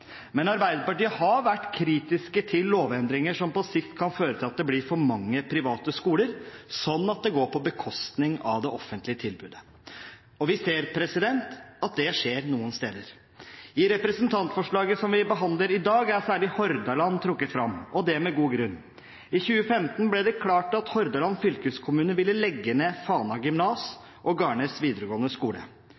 Men Arbeiderpartiet har vært kritisk til lovendringer som på sikt kan føre til at det blir for mange private skoler, sånn at det går på bekostning av det offentlige tilbudet. Vi ser at det skjer noen steder. I representantforslaget vi behandler i dag, er særlig Hordaland trukket fram, og det med god grunn. I 2015 ble det klart at Hordaland fylkeskommune ville legge ned Fana gymnas